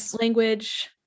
language